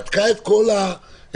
בדקה את כל האינדיקציות,